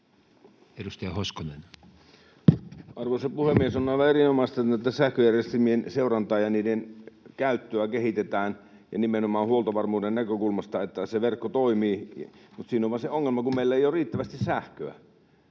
15:11 Content: Arvoisa puhemies! On aivan erinomaista, että sähköjärjestelmien seurantaa ja niiden käyttöä kehitetään ja nimenomaan huoltovarmuuden näkökulmasta, että se verkko toimii, mutta siinä on vain se ongelma, että meillä ei ole riittävästi sähköä.